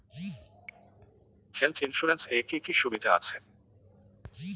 Health insurance এ কি কি সুবিধা আছে?